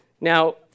Now